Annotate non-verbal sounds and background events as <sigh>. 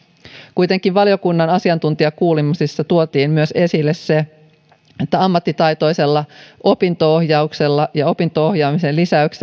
kuitenkin valiokunnan asiantuntijakuulemisissa tuotiin esille myös se että ammattitaitoinen opinto ohjaus ja opinto ohjaamisen lisäys <unintelligible>